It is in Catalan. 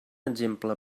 exemple